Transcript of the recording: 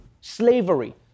Slavery